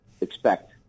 expect